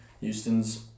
Houston's